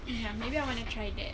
ya maybe I want to try that